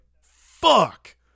fuck